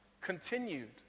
continued